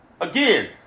Again